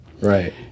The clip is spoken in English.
Right